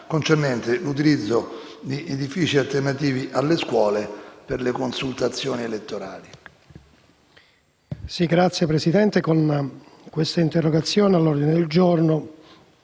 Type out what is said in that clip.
finestra") sull'utilizzo di edifici alternativi alle scuole per le consultazioni elettorali.